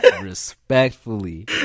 Respectfully